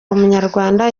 umunyarwanda